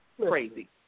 crazy